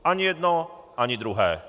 Ani jedno, ani druhé.